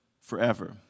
forever